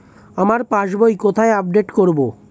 আমার পাস বই কোথায় আপডেট করব?